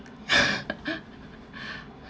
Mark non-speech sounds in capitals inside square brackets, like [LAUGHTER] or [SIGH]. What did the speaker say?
[LAUGHS]